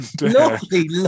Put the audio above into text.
Lovely